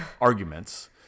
arguments